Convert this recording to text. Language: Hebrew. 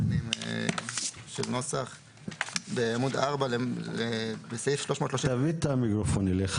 סעיף 330ג1, גביית חובות במסלול גבייה